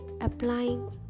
applying